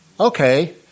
Okay